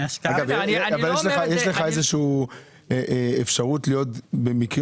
אגב אבל יש לך איזשהו אפשרות להיות במקרים